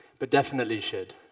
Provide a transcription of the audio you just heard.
but definitely should.